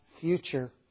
future